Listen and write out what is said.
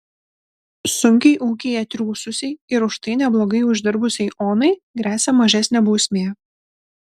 sunkiai ūkyje triūsusiai ir už tai neblogai uždirbusiai onai gresia mažesnė bausmė